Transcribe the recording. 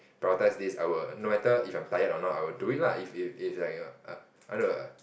prioritize this I will no matter if I am tired or not I will do it lah if if if like a a I want a